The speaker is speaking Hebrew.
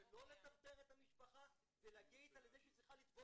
ולא לטרטר את המשפחה ולהגיע איתה לזה שהיא צריכה לתבוע